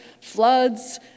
floods